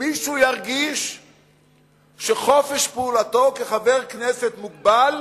מישהו ירגיש שחופש פעולתו, כחבר כנסת, מוגבל,